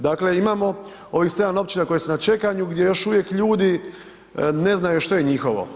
Dakle, imamo ovih 7 općina koje su na čekanju gdje još uvijek ljudi ne znaju što je njihovo.